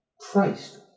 Christ